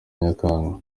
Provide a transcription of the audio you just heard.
nyakanga